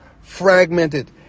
fragmented